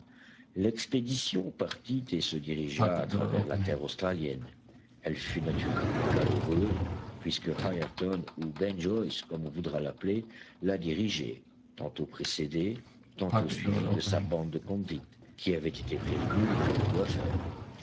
l'expédition partit et se dirigea à travers la terre australienne elle fut naturellement malheureuse puisque ayrton ou ben joyce comme on voudra l'appeler la dirigeait tantôt précédé tantôt suivi de sa bande de convicts qui avait été prévenue du coup à faire